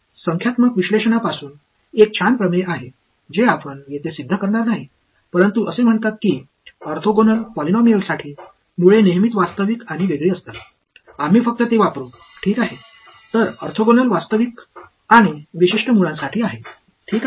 संख्यात्मक विश्लेषणापासून एक छान प्रमेय आहे जे आपण येथे सिद्ध करणार नाही परंतु असे म्हणतात की ऑर्थोगोनल पॉलिनॉमियलसाठी मुळे नेहमीच वास्तविक आणि वेगळी असतात आम्ही फक्त ते वापरु ठीक आहे तर ऑर्थोगोनल वास्तविक आणि विशिष्ट मुळांसाठी आहे ठीक आहे